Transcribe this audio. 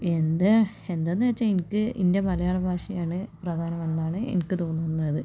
എന്താ എന്താണെന്ന് വച്ചാൽ എനിക്ക് എൻ്റെ മലയാള ഭാഷയാണ് പ്രധാനമെന്നാണ് എനിക്ക് തോന്നുന്നത്